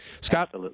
Scott